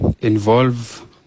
involve